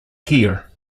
here